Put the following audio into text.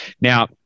Now